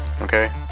okay